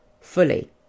fully